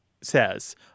says